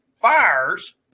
fires